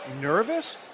nervous